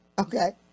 Okay